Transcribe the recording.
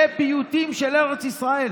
ופיוטים של ארץ ישראל.